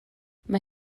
mae